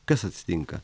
kas atsitinka